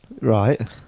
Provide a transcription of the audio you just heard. Right